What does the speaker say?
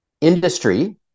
industry